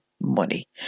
money